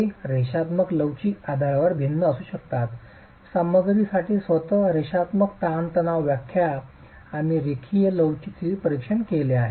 ते रेषात्मक लवचिक आधारावर भिन्न असू शकतात सामग्रीसाठी स्वतःच रेषात्मक ताण तणाव व्याख्या आम्ही रेखीय लवचिक स्थितीत परीक्षण केले आहे